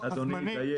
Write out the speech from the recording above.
תדייק.